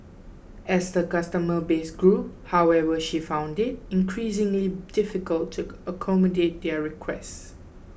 as her customer base grew however she found it increasingly difficult to accommodate their requests